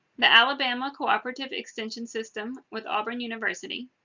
the alabama cooperative extension system with auburn university,